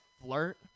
flirt